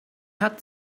hat